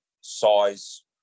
Size